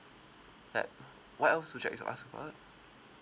ya uh what else would you like to ask about